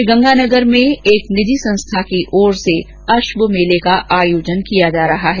श्रीगंगानगर में एक निजी संस्था की ओर से अश्व मेले का आयोजन किया जा रहा है